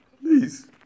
Please